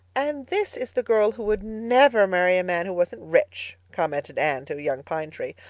and this is the girl who would never marry a man who wasn't rich, commented anne to a young pine tree.